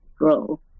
grow